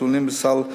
הכלולים בסל,